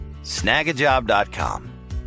Snagajob.com